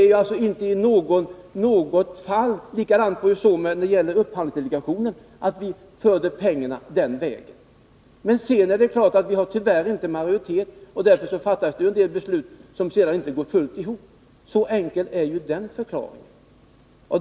Också i upphandlingsdelegationen ville vi slussa pengarna den vägen. Men vi är tyvärr inte i majoritet, och därför har det fattats en del beslut som gör att en del resurser har plockats bort. Så enkelt kan detta förklaras.